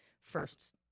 first